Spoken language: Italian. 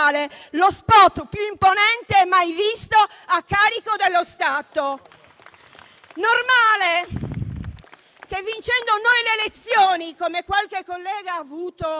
lo spot più imponente mai visto a carico dello Stato.